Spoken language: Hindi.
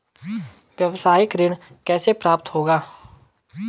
व्यावसायिक ऋण कैसे प्राप्त होगा?